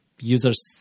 users